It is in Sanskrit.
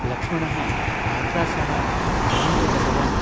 लक्ष्मणः भ्रात्रा सह वनन्तु गतवान्